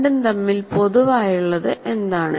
രണ്ടും തമ്മിൽ പൊതുവായുള്ളത് എന്താണ്